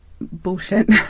bullshit